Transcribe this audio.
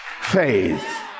faith